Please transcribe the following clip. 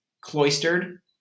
cloistered